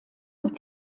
mit